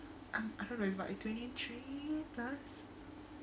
um I don't know it's about twenty three plus